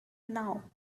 now